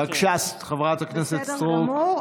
בבקשה, חברת הכנסת סטרוק.